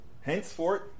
Henceforth